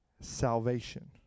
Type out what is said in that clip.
salvation